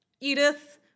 Edith